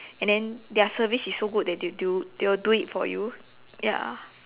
and then their service is so good that they'll do they will do it for you ya